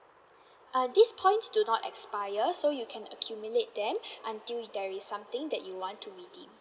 uh these points do not expire so you can accumulate them until there is something that you want to redeem